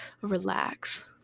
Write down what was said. relax